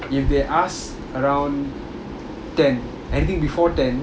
if they ask around ten anything before ten